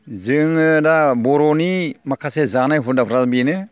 जोङो दा बर'नि माखासे जानाय हुदाफ्रा बेनो